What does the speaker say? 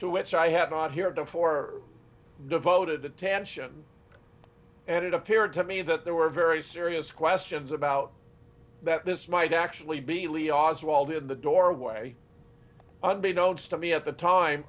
to which i have not heretofore devoted attention and it appeared to me that there were very serious questions about that this might actually be lee oswald in the doorway unbeknown study at the time